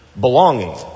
belonging